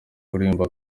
kuririmba